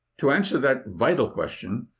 to answer that vital question,